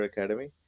Academy